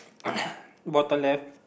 bottom left